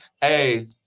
Hey